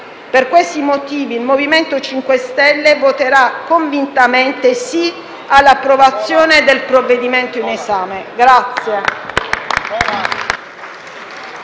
Per questi motivi il MoVimento 5 Stelle voterà convintamente sì all'approvazione del provvedimento in esame.